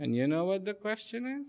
and you know what the question